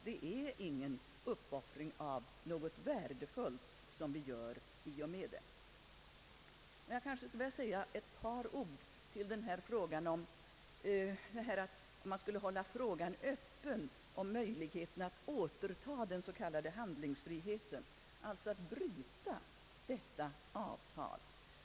Det är ingen uppoffring av något värdefullt som vi gör i och med det. Jag skulle vilja säga ett par ord också om den tanke som har framförts att hålla frågan öppen om möjligheterna att återta den s.k. handlingsfriheten, alltså att bryta detta avtal.